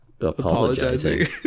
apologizing